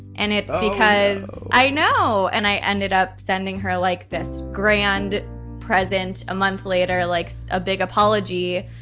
and it's because i know and i ended up sending her like this grand present a month later, likes a big apology,